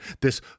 this-